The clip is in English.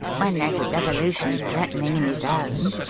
when there's a revolution threatening in his own?